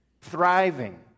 thriving